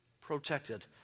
protected